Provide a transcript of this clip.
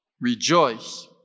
rejoice